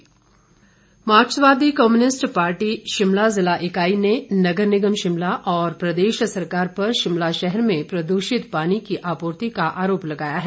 माकपा मार्क्सवादी communist party Shimla जिला इकाई ने नगर निगम शिमला और प्रदेश सरकार पर शिमला शहर में प्रदूषित पानी की आपूर्ति का आरोप लगाया है